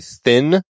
thin